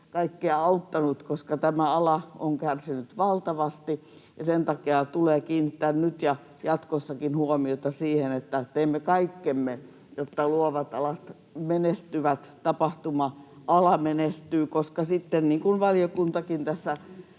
kaikkia auttanut, koska tämä ala on kärsinyt valtavasti, ja sen takia tulee kiinnittää nyt ja jatkossakin huomiota siihen, että teemme kaikkemme, jotta luovat alat menestyvät ja tapahtuma-ala menestyy, koska sitten — niin kuin valiokuntakin tässä